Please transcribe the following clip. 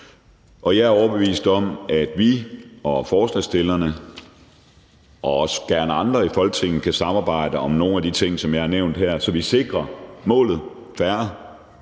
Jeg er overbevist om, at vi og forslagsstillerne og også gerne andre i Folketinget kan samarbejde om nogle af de ting, som jeg har nævnt her, så vi opnår målet om